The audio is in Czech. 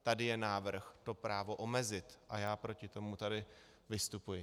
Tady je návrh to právo omezit a já proti tomu tady vystupuji.